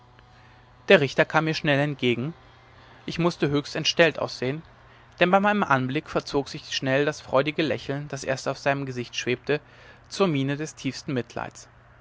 der richter kam mir schnell entgegen ich mußte höchst entstellt aussehen denn bei meinem anblick verzog sich schnell das freudige lächeln das erst auf seinem gesicht schwebte zur miene des tiefsten mitleids